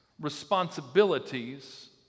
responsibilities